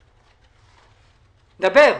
מאוד,